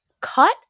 cut